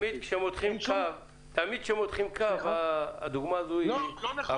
תמיד כשמותחים קו, הדוגמה הזאת היא אקטואלית.